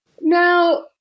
Now